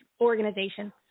organization